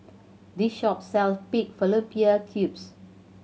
this shop sell pig fallopian tubes